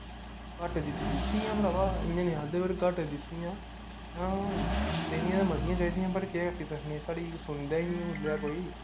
कट्ट दित्ती ऐ भ्रावा एह् नेई आक्खदा पर घट्ट दित्तियां देनियां ते मतियां चाहदियां पर केह् आक्खी सकने साढ़ी सुनदा ही नेईं ऐ कोई